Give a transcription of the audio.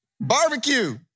barbecue